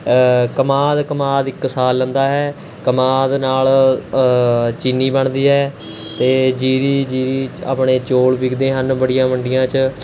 ਕਮਾਦ ਕਮਾਦ ਇੱਕ ਸਾਲ ਲੈਂਦਾ ਹੈ ਕਮਾਦ ਨਾਲ਼ ਚੀਨੀ ਬਣਦੀ ਹੈ ਅਤੇ ਜ਼ੀਰੀ ਜ਼ੀਰੀ ਆਪਣੇ ਚੌਲ਼ ਵਿਕਦੇ ਹਨ ਬੜੀਆ ਮੰਡੀਆਂ 'ਚ